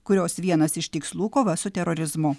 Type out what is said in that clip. kurios vienas iš tikslų kova su terorizmu